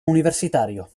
universitario